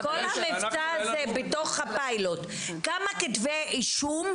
מכל המבצע הזה בתוך הפיילוט כמה כתבי אישום,